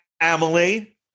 Emily